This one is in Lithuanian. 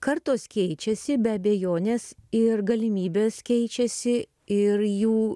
kartos keičiasi be abejonės ir galimybės keičiasi ir jų